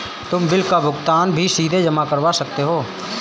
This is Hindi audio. तुम बिल का भुगतान भी सीधा जमा करवा सकते हो